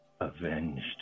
avenged